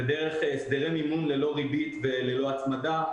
ודרך הסדרי מימון ללא ריבית וללא הצמדה,